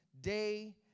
day